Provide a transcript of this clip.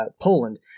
Poland